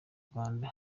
rwanda